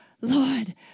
Lord